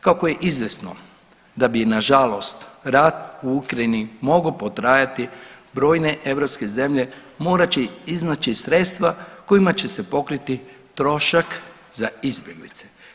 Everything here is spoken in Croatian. Kako je izvjesno da bi nažalost rat u Ukrajini mogao potrajati brojne europske zemlje morat će iznaći sredstva kojima će se pokriti trošak za izbjeglice.